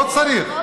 לא צריך.